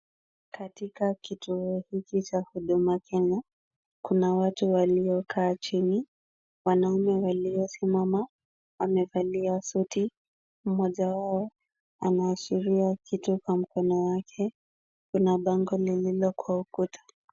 Katika kituo hiki cha Huduma Kenya, kuna watu waliokaa chini. Wanaume waliosimama wamevalia suti, mmoja wao anaashiria kitu kwa mkono wake, kuna bango lililo kwa ukuta.